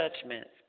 judgments